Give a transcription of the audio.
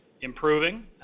improving